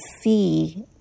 see